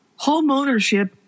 Homeownership